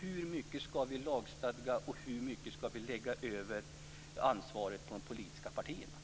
Hur mycket skall vi lagstadga och hur mycket av ansvaret skall läggas över på de politiska partierna?